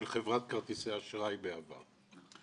של חברת כרטיסי האשראי בעבר.